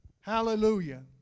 Hallelujah